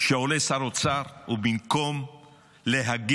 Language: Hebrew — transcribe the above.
שעולה שר אוצר, ובמקום להגיד